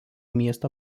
miesto